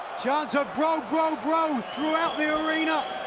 chants are bro, bro, bro throughout the arena.